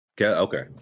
Okay